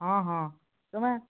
ହଁ ହଁ ତମେ